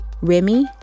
Remy